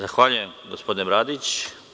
Zahvaljujem gospodine Bradić.